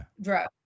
drug